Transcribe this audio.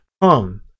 come